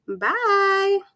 Bye